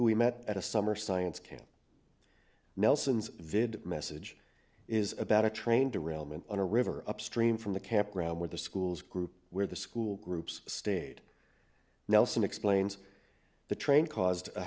we met at a summer science camp nelson's vid message is about a train derailment on a river upstream from the campground where the school's group where the school groups stayed nelson explains the train caused a